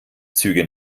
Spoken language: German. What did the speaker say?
züge